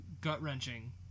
gut-wrenching